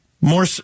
More